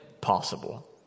possible